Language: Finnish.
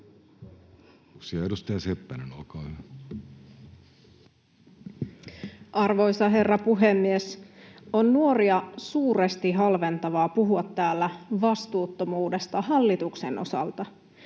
Arvoisa herra puhemies! On nuoria suuresti halventavaa puhua täällä vastuuttomuudesta hallituksen osalta.